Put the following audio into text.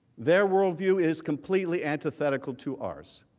their worldview is completely empathetic to ours.